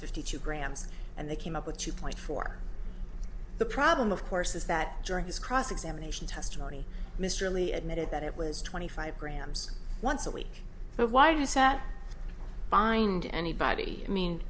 two grams and they came up with two point four the problem of course is that during his cross examination testimony mr lee admitted that it was twenty five grams once a week so why does that bind anybody i mean